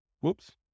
Whoops